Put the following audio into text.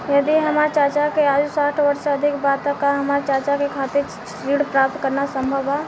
यदि हमार चाचा के आयु साठ वर्ष से अधिक बा त का हमार चाचा के खातिर ऋण प्राप्त करना संभव बा?